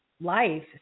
life